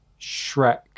Shrek